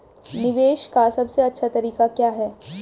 निवेश का सबसे अच्छा तरीका क्या है?